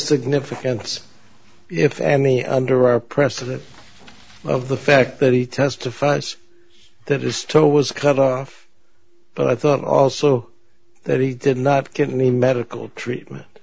significance if any under our president of the fact that he testifies that is so was cut off but i thought also that he did not get any medical treatment